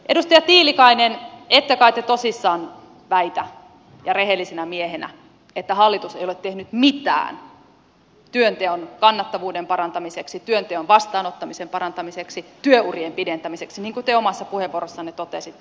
edustaja tiilikainen ette kai te tosissanne väitä ja rehellisenä miehenä että hallitus ei ole tehnyt mitään työnteon kannattavuuden parantamiseksi työnteon vastaanottamisen parantamiseksi työurien pidentämiseksi niin kuin te omassa puheenvuorossanne totesitte